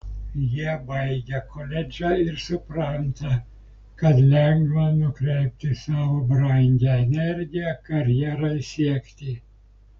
jie baigia koledžą ir supranta kad lengva nukreipti savo brangią energiją karjerai siekti